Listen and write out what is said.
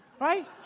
right